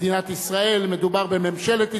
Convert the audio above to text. מדינת ישראל, מדובר בממשלת ישראל.